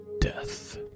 death